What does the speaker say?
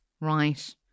right